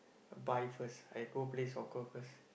buy first I go play soccer first